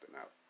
out